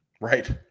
Right